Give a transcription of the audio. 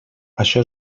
això